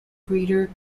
breeder